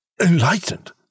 Enlightened